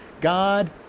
God